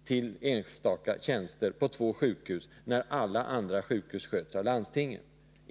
och till enstaka tjänster vid två sjukhus, när alla andra sjukhus sköts av landstingen.